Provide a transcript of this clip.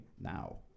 now